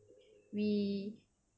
we